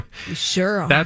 Sure